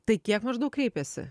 tai kiek maždaug kreipėsi